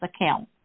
account